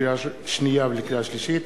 לקריאה שנייה ולקריאה שלישית: